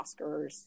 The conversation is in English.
oscars